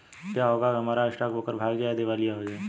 क्या होगा अगर हमारा स्टॉक ब्रोकर भाग जाए या दिवालिया हो जाये?